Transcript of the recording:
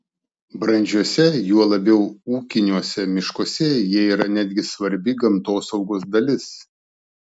brandžiuose juo labiau ūkiniuose miškuose jie yra netgi svarbi gamtosaugos dalis